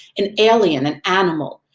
an alien, an animal.